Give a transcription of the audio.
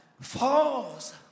falls